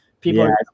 people